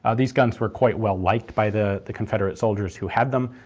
ah these guns were quite well liked by the the confederate soldiers who had them.